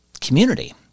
community